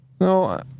No